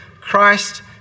Christ